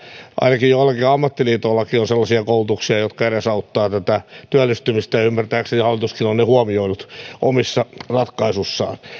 ainakin joillakin ammattiliitoillakin on sellaisia koulutuksia jotka edesauttavat tätä työllistymistä ja ymmärtääkseni hallituskin on ne huomioinut omissa ratkaisuissaan